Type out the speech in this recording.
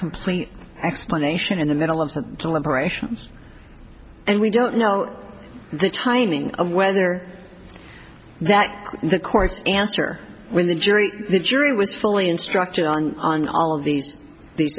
complete explanation in the middle of the deliberations and we don't know the timing of whether that the course answer when the jury the jury was fully instructed on on all of these these